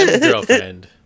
Girlfriend